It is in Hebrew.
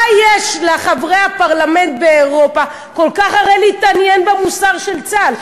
מה יש לחברי הפרלמנט האירופי כל כך להתעניין במוסר של צה"ל?